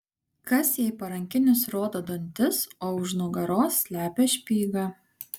kas jei parankinis rodo dantis o už nugaros slepia špygą